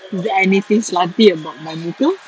is there anything slutty about my muka